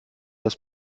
das